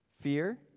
Fear